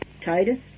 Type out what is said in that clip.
Titus